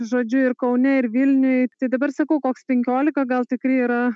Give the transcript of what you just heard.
žodžiu ir kaune ir vilniuj tai dabar sakau koks penkiolika gal tikrai yra